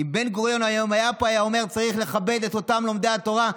אם בן-גוריון היום היה פה הוא היה אומר: צריך לכבד את אותם לומדי התורה,